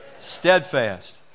steadfast